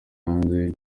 hanze